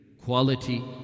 quality